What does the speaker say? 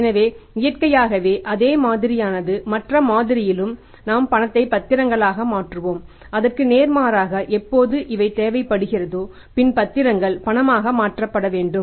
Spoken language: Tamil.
எனவே இயற்கையாகவே அதே மாதிரியானது மற்ற மாதிரியிலும் நாம் பணத்தை பத்திரங்களாக மாற்றுவோம் அதற்கு நேர்மாறாக எப்போது இவை தேவைப்படுகிறதோ பின் பத்திரங்கள் பணமாக மாற்றப்பட வேண்டும்